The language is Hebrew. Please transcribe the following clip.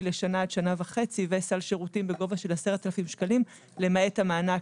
לשנה עד שנה וחצי וסל שירותים בגובה של 10,000 שקלים למעט המענק